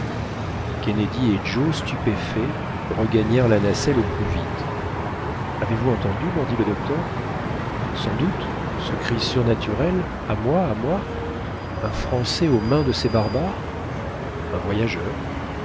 kennedy et joe stupéfaits regagnèrent la nacelle au plus vite avez-vous entendu leur dit le docteur sans doute ce cri surnaturel a moi à moi un français aux mains de ces barbares un voyageur